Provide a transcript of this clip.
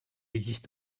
existe